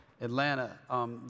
Atlanta